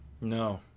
No